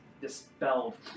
dispelled